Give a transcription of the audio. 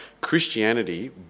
Christianity